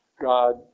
God